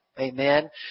Amen